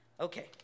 Okay